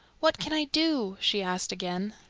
what can i do? she asked again.